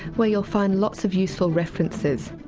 where you'll find lots of useful references.